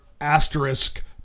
asterisk